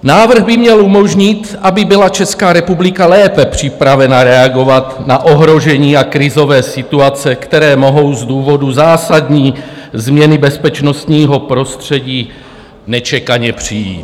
Návrh by měl umožnit, aby byla Česká republika lépe připravena reagovat na ohrožení a krizové situace, které mohou z důvodu zásadní změny bezpečnostního prostředí nečekaně přijít.